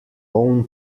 own